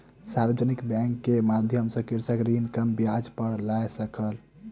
सार्वजानिक बैंक के माध्यम सॅ कृषक ऋण कम ब्याज पर लय सकल